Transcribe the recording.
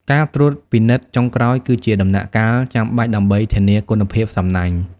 ការត្រួតពិនិត្យចុងក្រោយគឺជាដំណាក់កាលចាំបាច់ដើម្បីធានាគុណភាពសំណាញ់។